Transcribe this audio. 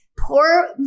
Poor